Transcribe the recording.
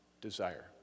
desire